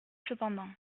cependant